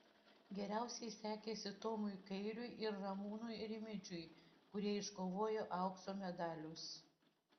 geriausiai sekėsi tomui kairiui ir ramūnui rimidžiui kurie iškovojo aukso medalius